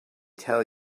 tell